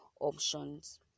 options